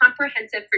comprehensive